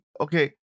okay